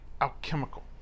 alchemical